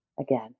again